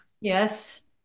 yes